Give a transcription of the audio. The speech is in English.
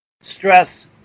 stress